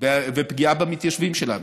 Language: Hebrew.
ופגיעה במתיישבים שלנו.